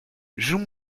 joue